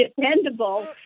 dependable